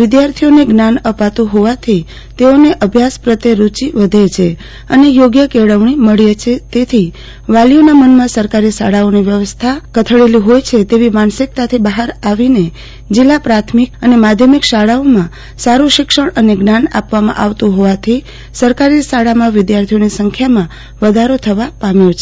વિદ્યાર્થીઓને જ્ઞાન અપાતું હોવાથી તેઓને અભ્યાસ પ્રત્યે રૂચિ વધે છે અને યોગ્ય કેળવણી મળે છે તેથી વાલીઓના મનમાં સરકારી શાળાઓની વ્યવસ્થા કથળેલી હોય છે તેવી માનસિકતાથી બહાર આવીને જિલ્લા પ્રાથમિક અને માધ્યમિક શાળાઓમાં સારું શિક્ષણ અને જ્ઞાન આપવામાં આવતું હોવાથી સરકારી શાળામાં વિદ્યાર્થીઓની સંખ્યામાં વધારો થવા પામ્યો છે